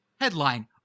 Headline